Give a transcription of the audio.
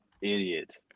Idiot